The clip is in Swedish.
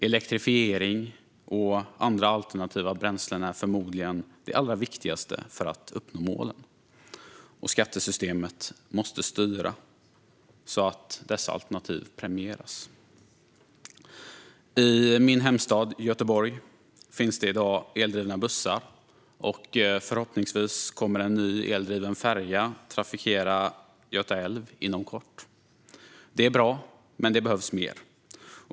Elektrifiering och andra alternativa bränslen är förmodligen det allra viktigaste för att uppnå målen, och skattesystemet måste styra så att dessa alternativ premieras. I min hemstad Göteborg finns i dag eldrivna bussar, och förhoppningsvis kommer en ny eldriven färja att trafikera Göta älv inom kort. Det är bra, men det behövs mer.